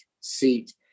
seat